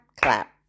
clap